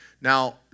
Now